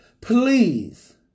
please